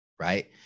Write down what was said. right